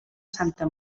santa